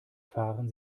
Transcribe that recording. fahren